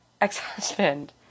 ex-husband